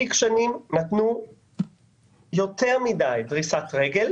מספיק שנים נתנו יותר מדי דריסת רגל